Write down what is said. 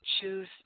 choose